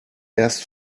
erst